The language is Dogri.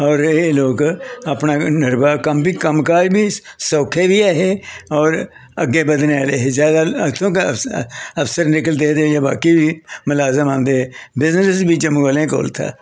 होर एह् लोग अपना निर्वाह कम्म बी कम्म काज बी सौखे बी ऐहे होर अग्गें बधने आह्ले हे जादै इत्थों गै अफसर निकलदे हे ते बाकी मलाजम आंदे हे बिजनेस बी जम्मू आह्लें कोल था